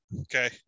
okay